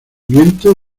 viento